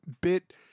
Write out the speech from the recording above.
bit